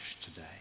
today